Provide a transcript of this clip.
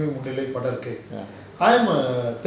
mm